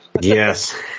Yes